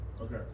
Okay